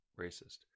racist